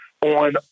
on